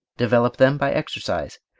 develop them by exercise.